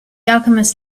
alchemist